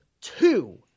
two